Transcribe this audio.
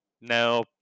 no